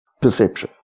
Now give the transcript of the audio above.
Perception